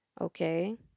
okay